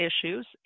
issues